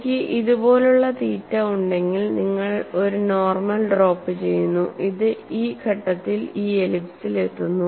എനിക്ക് ഇതുപോലുള്ള തീറ്റ ഉണ്ടെങ്കിൽ നിങ്ങൾ ഒരു നോർമൽ ഡ്രോപ്പ് ചെയ്യുന്നു ഇത് ഈ ഘട്ടത്തിൽ ഈ എലിപ്സിൽ എത്തുന്നു